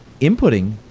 inputting